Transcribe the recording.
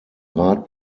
rat